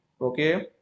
okay